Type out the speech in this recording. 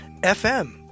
FM